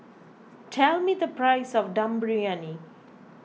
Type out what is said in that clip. tell me the price of Dum Briyani